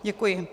Děkuji.